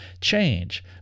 change